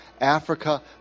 Africa